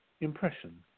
impression